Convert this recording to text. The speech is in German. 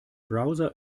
browser